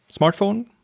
smartphone